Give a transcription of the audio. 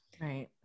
Right